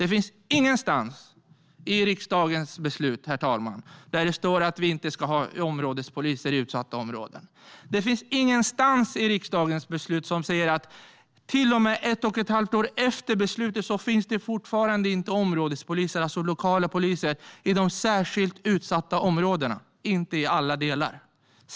Det står ingenstans i riksdagens beslut att vi inte ska ha områdespoliser i utsatta områden. Det står ingenstans i riksdagens beslut att det till och med ett och ett halvt år efter beslutet fortfarande inte ska finnas områdespoliser, det vill säga lokala poliser, i de särskilt utsatta områdena. Det finns inte i alla delar.